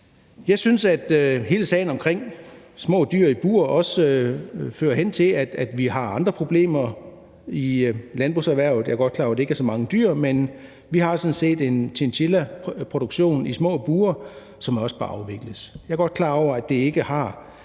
Jeg synes, at hele sagen med små dyr i bur også fører hen til, at vi har andre problemer i landbrugserhvervet. Jeg er godt klar over, at det ikke drejer sig om så mange dyr, men vi har sådan set en chinchillaproduktion, som foregår i små bure, og som også bør afvikles. Jeg er godt klar over, at det ikke er